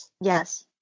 Yes